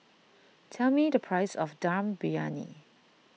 tell me the price of Dum Briyani